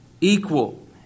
equal